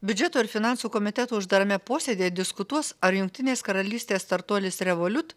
biudžeto ir finansų komiteto uždarame posėdyje diskutuos ar jungtinės karalystės startuolis revoliut